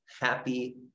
Happy